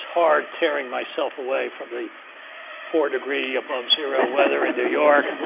hard tearing myself away from the four-degree above zero weather in new york,